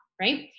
right